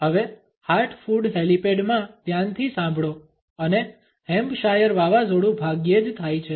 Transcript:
હવે Hartford Hereford માં ધ્યાનથી સાંભળો અને હેમ્પશાયર વાવાઝોડું ભાગ્યે જ થાય છે